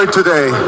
today